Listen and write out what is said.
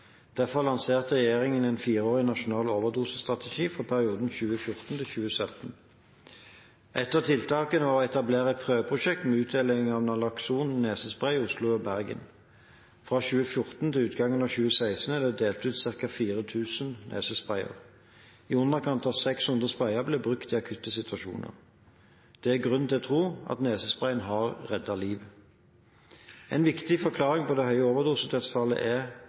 Derfor lanserte regjeringen en fireårig nasjonal overdosestrategi for perioden 2014–2017. Ett av tiltakene var å etablere et prøveprosjekt med utdeling av nalokson nesespray i Oslo og Bergen. Fra 2014 til utgangen av 2016 er det delt ut ca. 4 000 nesesprayer. I underkant av 600 sprayer ble brukt i akutte situasjoner. Det er grunn til å tro at nesesprayen har reddet liv. En viktig forklaring på de høye tallene for overdosedødsfall er